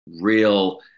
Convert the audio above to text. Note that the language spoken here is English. real